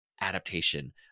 adaptation